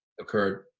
occurred